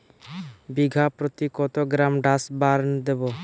বিঘাপ্রতি কত gram Dursban দেবো?